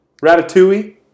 ratatouille